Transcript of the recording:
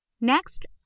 Next